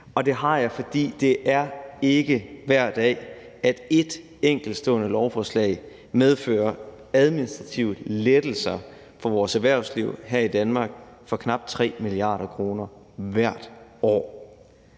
Og det har jeg, fordi det ikke er hver dag, at et enkeltstående lovforslag medfører administrative lettelser for vores erhvervsliv her i Danmark for knap 3 mia. kr. hvert år.